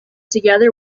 together